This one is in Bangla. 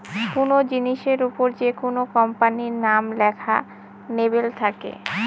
কোনো জিনিসের ওপর যেকোনো কোম্পানির নাম লেখা লেবেল থাকে